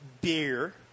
beer